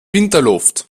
winterluft